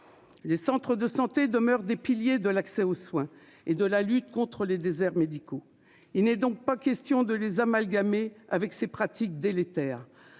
Les centres de santé demeurent des piliers de l'accès aux soins et de la lutte contre les déserts médicaux. Il n'est donc pas question de les amalgamer avec ces pratiques délétères.